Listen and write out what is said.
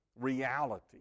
reality